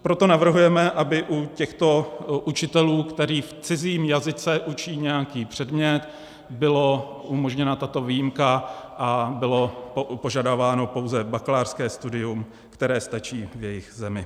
Proto navrhujeme, aby u těchto učitelů, kteří v cizím jazyce učí nějaký předmět, byla umožněna tato výjimka a bylo požadováno pouze bakalářské studium, které stačí v jejich zemi.